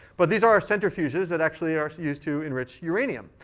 but these are centrifuges that actually are used to enrich uranium.